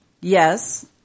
Yes